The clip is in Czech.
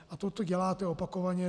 A toto děláte opakovaně.